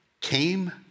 came